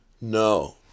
No